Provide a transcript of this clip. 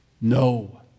No